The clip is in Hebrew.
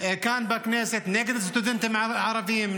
כאן בכנסת נגד הסטודנטים הערבים,